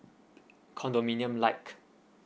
condominium like